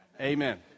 Amen